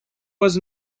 was